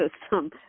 system